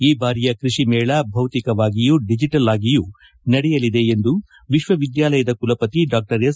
ಈ ಬಾರಿಯ ಕೃಷಿ ಮೇಳ ಭೌತಿಕವಾಗಿಯೂ ಡಿಜೆಟಲ್ ಆಗಿಯೂ ನಡೆಯಲಿದೆ ಎಂದು ವಿಶ್ವವಿದ್ಯಾಲಯದ ಕುಲಪತಿ ಡಾ ಎಸ್